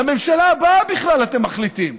לממשלה הבאה בכלל אתם מחליטים.